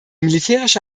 militärische